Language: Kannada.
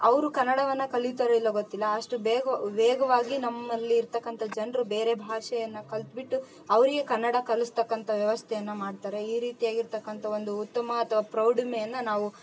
ಅವರು ಕನ್ನಡವನ್ನ ಕಲಿತರೋ ಇಲ್ಲೋ ಗೊತ್ತಿಲ್ಲ ಅಷ್ಟು ಬೇಗ್ವ ವೇಗವಾಗಿ ನಮ್ಮಲ್ಲಿ ಇರ್ತಕ್ಕಂಥ ಜನರು ಬೇರೆ ಭಾಷೆಯನ್ನ ಕಲ್ತ್ಬಿಟ್ಟು ಅವರಿಗೆ ಕನ್ನಡ ಕಳ್ಸ್ತಾಕ್ಕಂಥ ವ್ಯವಸ್ಥೆಯನ್ನ ಮಾಡ್ತಾರೆ ಈ ರೀತಿಯಾಗಿ ಇರ್ತಕ್ಕಂಥ ಒಂದು ಉತ್ತಮ ಅಥ್ವ ಪ್ರೌಢಮೆಯನ್ನ ನಾವು